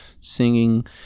singing